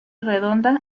redonda